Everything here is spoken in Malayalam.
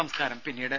സംസ്കാരം പിന്നീട്